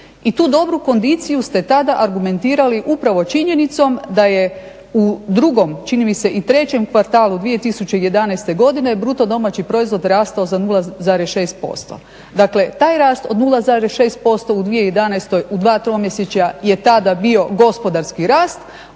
I tu dobru kondiciju ste tada argumentirali upravo činjenicom da je u 2.čini mi se i 3.kvartalu 2011.godine BDP rastao za 0,6%. Dakle taj rast od 0,6% u 2011.u dva tromjesečje je tada bio gospodarski rast,